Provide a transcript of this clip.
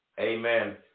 Amen